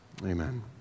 Amen